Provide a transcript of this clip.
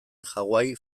hawaii